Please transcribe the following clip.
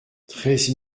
treize